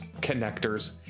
connectors